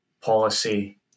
policy